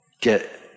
get